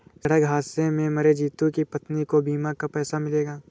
सड़क हादसे में मरे जितू की पत्नी को बीमा का पैसा मिलेगा